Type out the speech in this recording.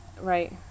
Right